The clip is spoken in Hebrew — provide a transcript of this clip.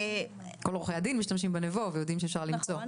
כל עורכי הדין משתמשים בנבו ויודעים שאפשר למצוא.